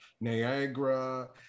Niagara